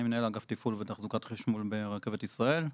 אני מנהל אגף תפעול ותחזוקת חשמול ברכבת ישראל,